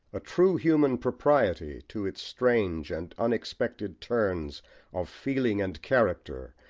a true human propriety to its strange and unexpected turns of feeling and character,